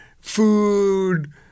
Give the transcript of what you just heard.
food